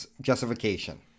justification